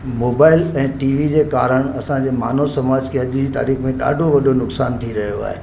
mobile ऐं T V जे कारणु असांजे मानव समाज खे अॼु जी तारीख़ में ॾाढो वॾो नुक़सानु थी रहियो आहे